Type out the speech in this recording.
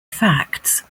facts